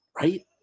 right